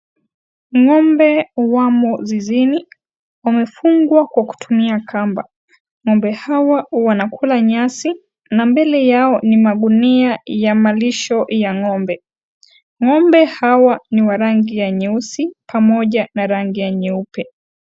Ng'ombe wamo zizini, wamefungwa kwa kutumia kamba, ng'ombe hawa wanakula nyasi na mbele yao ni magunia ya malisho ya ng'ombe, ng'ombe hawa ni wa rangi ya nyeusi pamoja na rangi ya nyeupe.